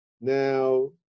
Now